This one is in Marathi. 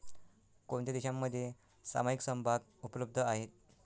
कोणत्या देशांमध्ये सामायिक समभाग उपलब्ध आहेत?